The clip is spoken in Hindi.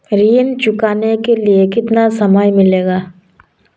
ऋण चुकाने के लिए कितना समय मिलेगा?